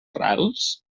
rals